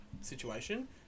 situation